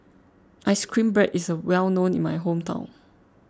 Ice Cream Bread is well known in my hometown